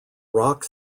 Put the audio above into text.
rock